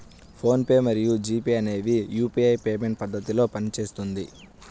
phone pay మరియు G Pay అనేవి UPI payment పద్ధతిలో పనిచేస్తుంది